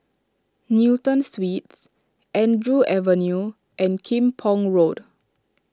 Newton Suites Andrews Avenue and Kim Pong Road